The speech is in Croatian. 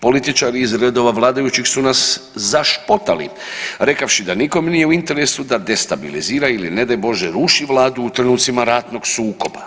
Političari iz redova vladajućih su nas zašpotali rekavši da nikom nije u interesu da destabilizira ili ne daj Bože ruši Vladu u trenucima ratnog sukoba.